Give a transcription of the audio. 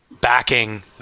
backing